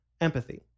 empathy